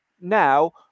now